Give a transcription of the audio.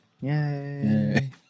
Yay